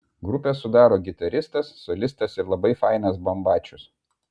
grupę sudaro gitaristas solistas ir labai fainas bambačius